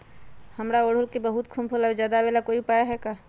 हमारा ओरहुल में बहुत कम फूल आवेला ज्यादा वाले के कोइ उपाय हैं?